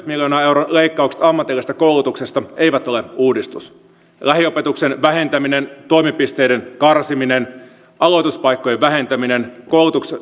miljoonan euron leikkaukset ammatillisesta koulutuksesta eivät ole uudistus lähiopetuksen vähentäminen toimipisteiden karsiminen aloituspaikkojen vähentäminen